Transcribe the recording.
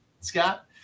Scott